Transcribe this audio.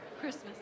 Christmas